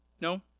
No